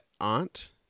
aunt